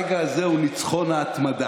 הרגע הזה הוא ניצחון ההתמדה,